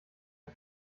mit